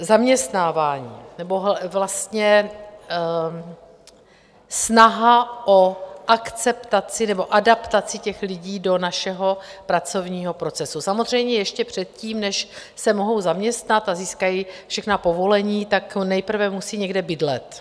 Zaměstnávání nebo snaha o akceptaci nebo adaptaci těch lidí do našeho pracovního procesu samozřejmě ještě předtím, než se mohou zaměstnat a získají všechna povolení, tak tu nejprve musí někde bydlet.